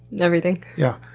and everything? yeah,